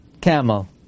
camel